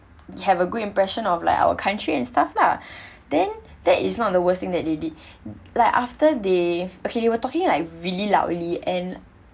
have a good impression of like our country and stuff lah then that is not the worst thing that they did like after they okay they were talking like really loudly and